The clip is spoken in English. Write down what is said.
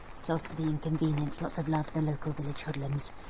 soz for the inconvenience. lots of love, the local village hoodlums.